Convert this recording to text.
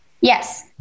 Yes